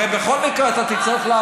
זה כולל.